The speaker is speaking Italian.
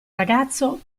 ragazzo